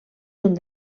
uns